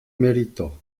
merito